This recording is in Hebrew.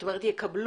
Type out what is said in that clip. את אומרת יקבלו.